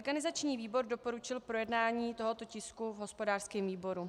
Organizační výbor doporučil projednání tohoto tisku v hospodářském výboru.